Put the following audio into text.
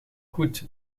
goed